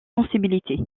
sensibilité